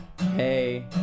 hey